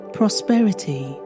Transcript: prosperity